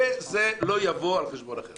הוחלט שזה לא יבוא על חשבון אחרים.